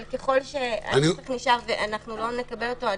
אבל ככל שהנוסח נשאר ואנחנו לא נקבל אותו,